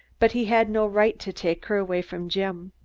but he had no right to take her away from jim.